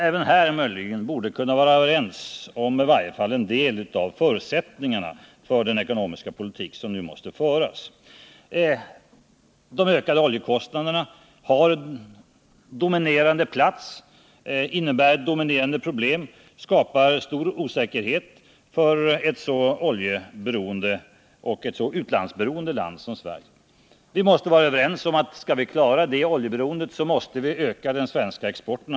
Även här borde man kunna vara överens om i varje fall en del av förutsättningarna för den ekonomiska politik som nu måste föras. De ökade oljekostnaderna innebär ett dominerande problem och skapar stor osäkerhet för ett så oljeberoende och utlandsberoende land som Sverige. För att klara oljeförsörjningen måste vi öka den svenska exporten.